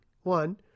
One